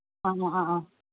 ꯑ ꯑ ꯑ